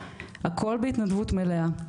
הכל בהתנדבות מלאה.